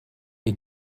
est